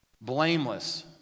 blameless